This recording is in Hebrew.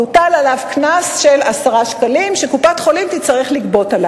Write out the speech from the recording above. יוטל עליו קנס של 10 שקלים שקופת-החולים תצטרך לגבות.